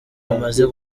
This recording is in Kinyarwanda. bamaze